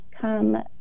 come